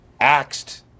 axed